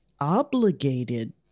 obligated